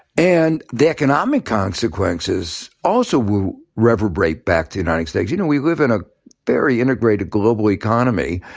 and the economic consequences also will reverberate back to united states. you know we live in a very integrated global economy,